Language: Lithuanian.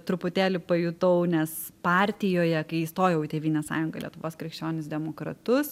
truputėlį pajutau nes partijoje kai įstojau į tėvynės sąjungą lietuvos krikščionis demokratus